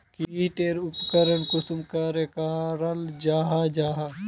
की टेर उपकरण कुंसम करे कराल जाहा जाहा?